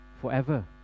forever